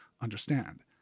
understand